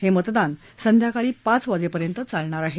हे मतदान संध्याकाळी पाच वाजेपर्यंत चालणार आहे